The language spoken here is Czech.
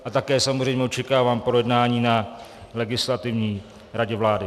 A také samozřejmě očekávám projednání na Legislativní radě vlády.